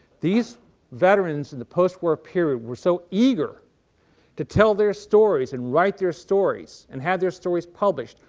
these veterans in the post-war period were so eager to tell their stories and write their stories and have their stories published,